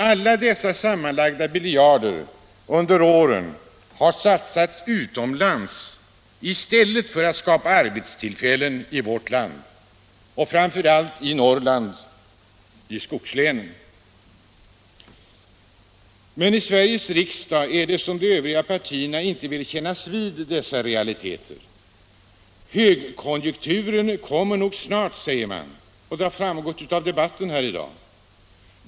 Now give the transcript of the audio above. Alla dessa miljarder har under åren satsats utomlands i stället för att användas för att skapa nya arbetstillfällen i Sverige, framför allt i skogslänen. Men i Sveriges riksdag förefaller det som om de övriga partierna inte vill kännas vid dessa realiteter. Högkonjunkturen kommer nog snart, säger man -— det har framskymtat även i dagens debatt.